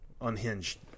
unhinged